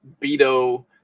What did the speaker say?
Beto